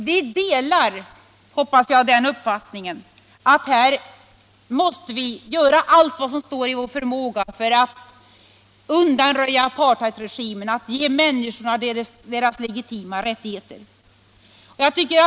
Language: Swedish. Vi delar alla, hoppas jag, den uppfattningen att vi måste göra allt som står i vår makt för att undanröja apartheidregimen och ge människorna deras legitima rättigheter.